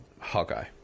hawkeye